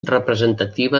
representativa